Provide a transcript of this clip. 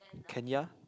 Kenya